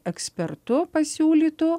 ekspertu pasiūlytu